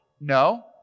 No